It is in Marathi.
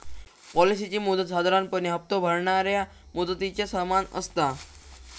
पॉलिसीची मुदत साधारणपणे हप्तो भरणाऱ्या मुदतीच्या समान असता